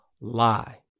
lie